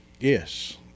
Yes